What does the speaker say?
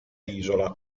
isola